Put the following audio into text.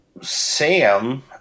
Sam